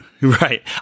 Right